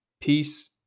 peace